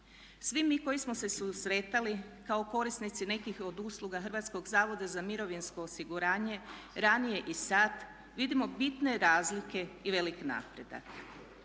Svi mi koji smo se susretali kao korisnici nekih od usluga HZMO-a ranije i sad vidimo bitne razlike i veliki napredak.